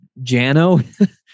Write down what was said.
Jano